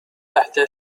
تحت